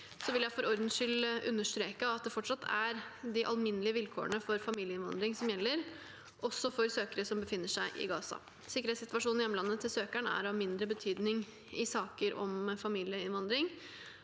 nettsider. For ordens skyld vil jeg understreke at det fortsatt er de alminnelige vilkårene for familieinnvandring som gjelder, også for søkere som befinner seg i Gaza. Sikkerhetssituasjonen i hjemlandet til søkeren er av mindre betydning i saker om familieinnvandring.